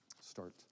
start